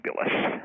fabulous